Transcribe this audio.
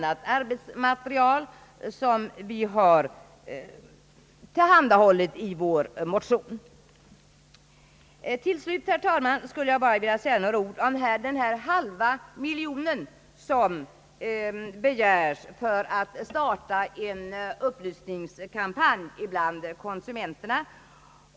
I vår motion har vi dessutom tillhandahållit en hel del annat arbetsmaterial. Till slut, herr talman, skulle jag bara vilja säga några ord om den halva miljon, som begärs för att starta en upplysningskampanj bland konsumenterna.